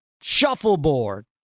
shuffleboard